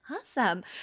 Awesome